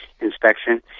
inspection